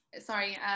Sorry